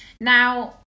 Now